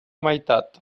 meitat